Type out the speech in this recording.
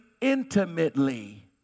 intimately